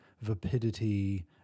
vapidity